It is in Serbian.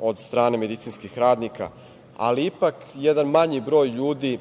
od strane medicinskih radnika, ali ipak jedan manji broj ljudi,